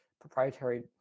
proprietary